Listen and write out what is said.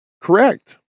correct